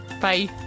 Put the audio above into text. bye